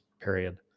period